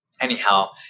Anyhow